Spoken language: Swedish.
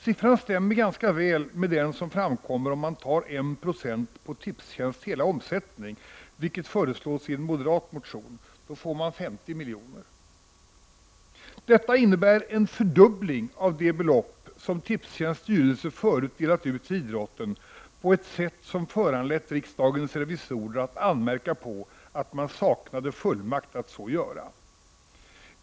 Siffran stämmer ganska väl med den som framkommer om man tar 1 960 på Tipstjänsts hela omsättning, vilket föreslås i en moderat motion. Då får man 50 milj.kr. Detta innebär en fördubbling av de belopp som Tipstjänsts styrelse förut delat ut till idrotten på ett sådant sätt att det föranlett riksdagens revisorer att anmärka på att man saknade fullmakt att så göra.